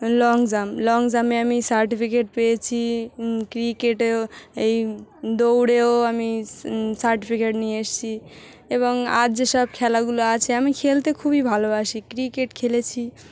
long jump long জাম্পে আমি certificate পেয়েছি ক্রিকেটেও এই দৌড়েও আমি সার্টিফিকেট নিয়ে এসেছি এবং আর যেসব খেলাগুলো আছে আমি খেলতে খুবই ভালোবাসি ক্রিকেট খেলেছি